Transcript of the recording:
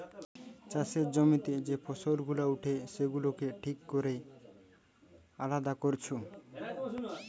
চাষের জমিতে যে ফসল গুলা উঠে সেগুলাকে ঠিক কোরে আলাদা কোরছে